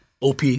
OP